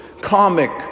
comic